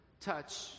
touch